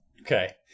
Okay